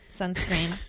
sunscreen